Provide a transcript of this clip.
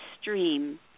stream